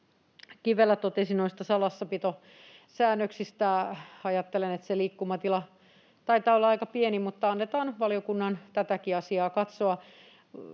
Kivelä totesi noista salassapitosäännöksistä. Ajattelen, että se liikkumatila taitaa olla aika pieni, mutta annetaan valiokunnan tätäkin asiaa katsoa.